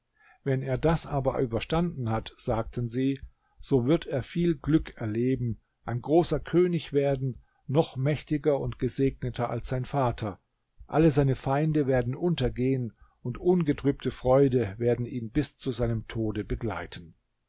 wenn er das aber überstanden hat sagten sie so wird er viel glück erleben ein großer könig werden noch mächtiger und gesegneter als sein vater alle seine feinde werden untergehen und ungetrübte freude werden ihn bis zu seinem tode begleiten